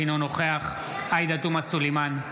אינו נוכח עאידה תומא סלימאן,